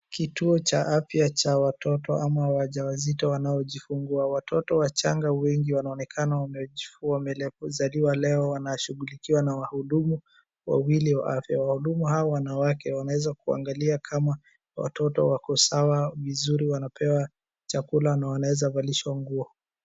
Kituo cha afya cha watoto ama wajawazitoa wanaojifungua. Watotot wachanga wengi wanaonekana wamezaliwa leo, wanashughulikiwa na wahudumu wawili wa afya. Wahudumu hao wanawake wanaweza kuangalia kama watoto wako sawa vizuri, wanapewa chakula na wanaweza valishwa nguo.